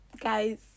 guys